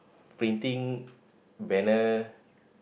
printing banner